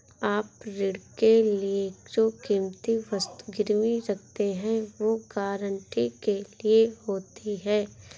आप ऋण के लिए जो कीमती वस्तु गिरवी रखते हैं, वो गारंटी के लिए होती है